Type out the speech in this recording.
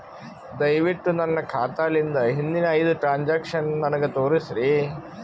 ದಯವಿಟ್ಟು ನನ್ನ ಖಾತಾಲಿಂದ ಹಿಂದಿನ ಐದ ಟ್ರಾಂಜಾಕ್ಷನ್ ನನಗ ತೋರಸ್ರಿ